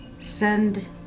Send